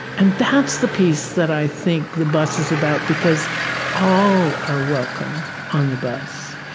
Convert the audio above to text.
and that's the piece that i think the bus is about because all are welcome on the bus.